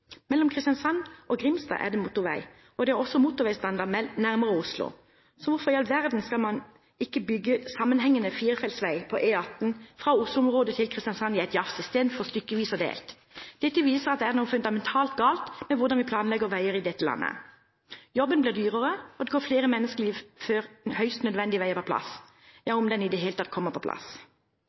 Mellom Kristiansand og Grimstad er det motorvei, og det er også motorveistandard nærmere Oslo. Så hvorfor i all verden skal man ikke bygge sammenhengende firefelts vei på E18 fra Oslo-området til Kristiansand i ett jafs, istedenfor stykkevis og delt? Dette viser at det er noe fundamentalt galt med hvordan vi planlegger veier i dette landet. Jobben blir dyrere, og det går flere menneskeliv før høyst nødvendig vei er på plass, om den i det hele tatt kommer på plass.